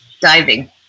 diving